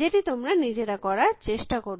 যেটি তোমরা নিজেরা করার চেষ্টা করবে